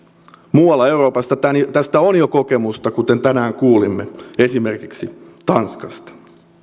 muualla euroopasta tästä on jo kokemusta kuten tänään kuulimme esimerkiksi tanskasta